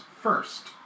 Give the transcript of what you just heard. first